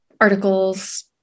articles